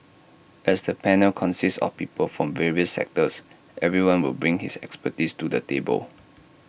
as the panel consists of people from various sectors everyone will bring his expertise to the table